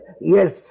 Yes